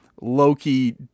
Loki